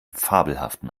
fabelhaften